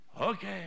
Okay